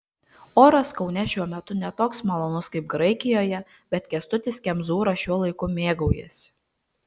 oras kaune šiuo metu ne toks malonus kaip graikijoje bet kęstutis kemzūra šiuo laiku mėgaujasi